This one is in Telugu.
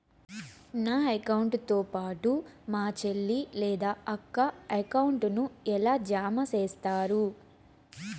నా అకౌంట్ తో పాటు మా చెల్లి లేదా అక్క అకౌంట్ ను ఎలా జామ సేస్తారు?